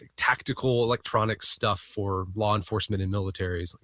tactical electronic stuff for law enforcement and militaries. like